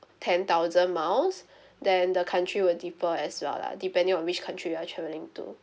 ten thousand miles then the country will differ as well lah depending on which country you're travelling to